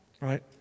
right